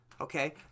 okay